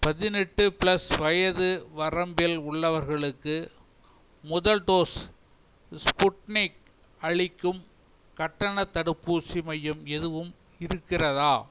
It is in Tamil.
பதினெட்டு ப்ளஸ் வயது வரம்பில் உள்ளவர்களுக்கு முதல் டோஸ் ஸ்புட்னிக் அளிக்கும் கட்டணத் தடுப்பூசி மையம் எதுவும் இருக்கிறதா